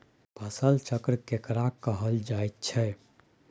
फसल चक्र केकरा कहल जायत छै?